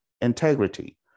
Integrity